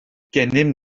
gennym